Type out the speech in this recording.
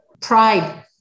Pride